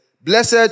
Blessed